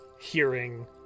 hearing